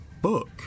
book